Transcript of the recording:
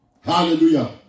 Hallelujah